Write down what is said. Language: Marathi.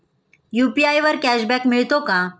यु.पी.आय वर कॅशबॅक मिळतो का?